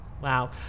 wow